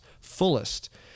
fullest